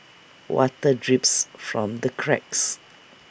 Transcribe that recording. water drips from the cracks